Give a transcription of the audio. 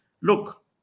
Look